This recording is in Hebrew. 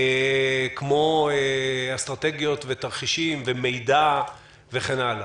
כמו אסטרטגיות ותרחישים ומידע וכן הלאה.